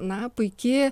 na puiki